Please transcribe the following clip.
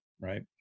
right